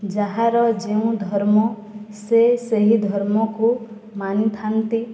ଯାହାର ଯେଉଁ ଧର୍ମ ସେ ସେହି ଧର୍ମକୁ ମାନିଥାନ୍ତି